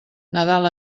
nadal